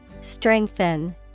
Strengthen